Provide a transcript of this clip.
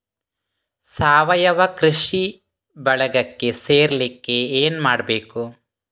ಸಾವಯವ ಕೃಷಿ ಬಳಗಕ್ಕೆ ಸೇರ್ಲಿಕ್ಕೆ ಏನು ಮಾಡ್ಬೇಕು?